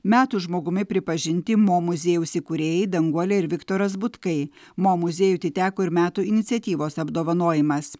metų žmogumi pripažinti mo muziejaus įkūrėjai danguolė ir viktoras butkai mo muziejui atiteko ir metų iniciatyvos apdovanojimas